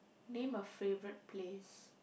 name a favorite place